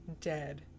dead